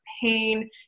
pain